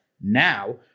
now